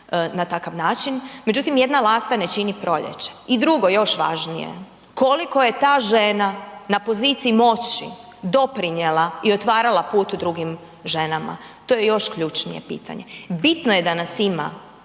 na takav način, međutim, jedna lasta ne čini proljeće. I drugo još važnije, koliko je ta žena na poziciji moći doprinijela i otvarala put drugim ženama, to je još ključnije pitanje? Bitno je da nas ima,